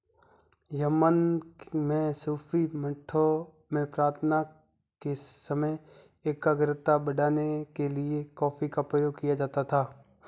Yemen में सूफी मठों में प्रार्थना के समय एकाग्रता बढ़ाने के लिए कॉफी का प्रयोग किया जाता था